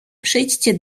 przyjdźcie